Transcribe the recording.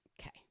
Okay